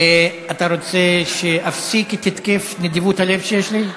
אתה רוצה שאפסיק את התקף נדיבות הלב שיש לי?